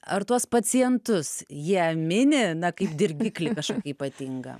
ar tuos pacientus jie mini na kaip dirgiklį kažkokį ypatingą